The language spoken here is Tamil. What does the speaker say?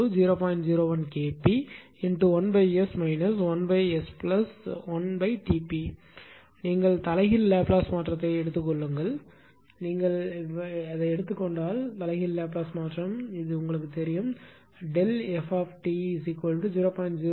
01Kp1S 1S1Tp நீங்கள் தலைகீழ் லாப்லேஸ் மாற்றத்தை எடுத்துக் கொள்ளுங்கள் நீங்கள் எடுத்துக்கொண்டால் தலைகீழ் லாப்லேஸ் மாற்றம் உங்களுக்குத் தெரியும் Ft0